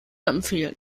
empfehlen